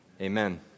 Amen